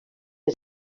les